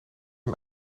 een